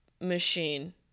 machine